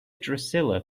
drusilla